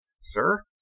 sir